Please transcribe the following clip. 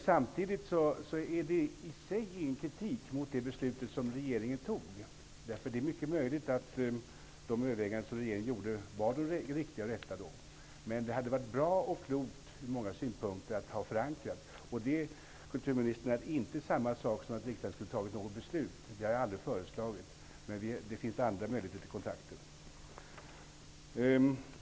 Samtidigt är det i sig ingen kritik mot det beslut som regeringen fattade. Det är mycket möjligt att de överväganden som regeringen gjorde var de riktiga och rätta då. Men det hade som sagt varit bra och klokt ur många synpunkter att ha det förankrat. Det är, kulturministern, inte samma sak som att riksdagen skulle ha fattat något beslut. Det har jag aldrig föreslagit. Det finns andra möjligheter till kontakter.